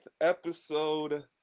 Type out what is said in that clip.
episode